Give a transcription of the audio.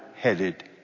headed